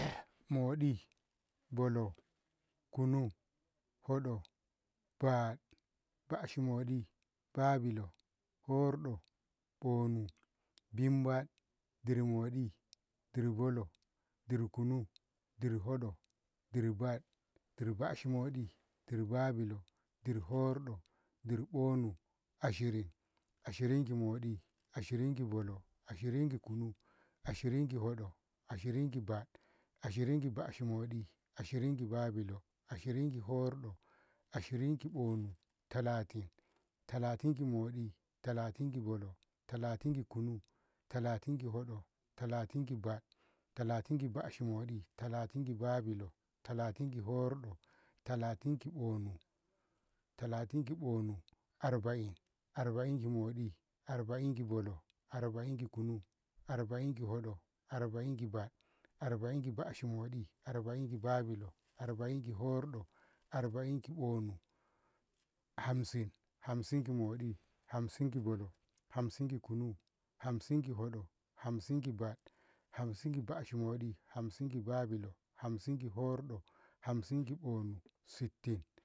moɗi, bolo, kunu, hoɗo, bad, baashi moɗi, babilo, horɗo, ɓonum, bimbad, dir moɗi, dir bolo, dir kunu, dir hoɗo, dir bad, dir baashi moɗi, dir babilo, dir horɗo, dir bonu, ashirin, ashirin ki moɗi, ashirin ki bolo, ashirin ki kunu, ashirin ki hoɗo, ashirin ki ba, ashirin ki baashi moɗi, ashirin ki babilo, ashirin ki hordo, ashirin ki ɓonu, talatin, talatin ki moɗi, talatin ki bolo, talatin ki kunu, talatin ki hoɗo, talatin ki bad, talatin ki baashi moɗi, talatin ki babilo, talatin ki horɗo, talatin ki bonu, arba'in, arba'in ki moɗi, arba'in ki bolo, arba'in ki kunu, arba'in ki hoɗo, arba'in ki bad, arba'in ki baashi moɗi, arba'in ki babilo, arba'in ki horɗo, arba'in ki bonu, hamsin, hamsin ki moɗi, hamsin ki bolo, hamsin ki kunu, hamsin ki hoɗo, hamsin ki bad, hamsin ki baashi moɗi, hamsin ki babilo, hamsin ki horɗo, hamsin ki bonu, sittin.